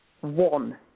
One